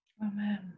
Amen